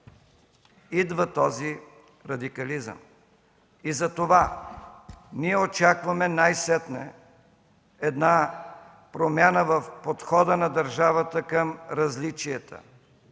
идва този радикализъм. Затова ние очакваме най-сетне една промяна в подхода на държавата към различията,